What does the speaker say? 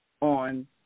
on